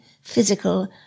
physical